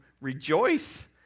rejoice